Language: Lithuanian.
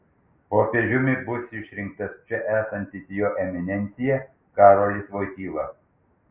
popiežiumi bus išrinktas čia esantis jo eminencija karolis voityla